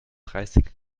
dreißig